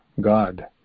God